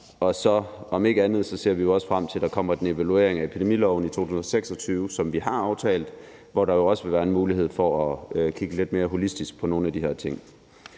2013. Om ikke andet ser vi frem til, at der også kommer en evaluering af epidemiloven i 2026, som vi har aftalt, hvor der også vil være en mulighed for at kigge lidt mere holistisk på nogle af de her ting.